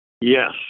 Yes